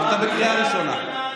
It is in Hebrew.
אתה בקריאה ראשונה.